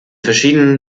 verschiedenen